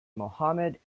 mohamed